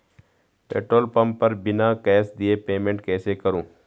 Petrol pump पर बिना cash दिए पेमेंट कैसे करूँ?